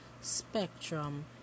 spectrum